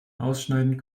ausschneiden